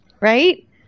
Right